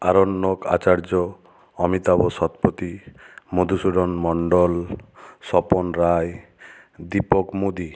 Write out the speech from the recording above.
Aranyak Acharya Amitabh Satpathy Madhusudan Mondal Swapan Roy Dipak Modi